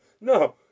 no